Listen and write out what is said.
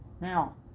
Now